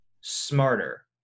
smarter